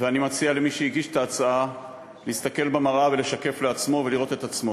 ואני מציע למי שהגיש את ההצעה להסתכל במראה ולשקף לעצמו ולראות את עצמו.